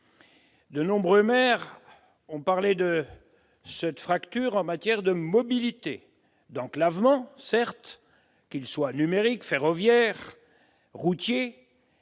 De nombreux maires ont parlé de cette fracture en matière non seulement d'enclavement, qu'il soit numérique, ferroviaire ou routier,